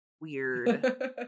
weird